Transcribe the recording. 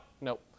Nope